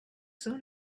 soon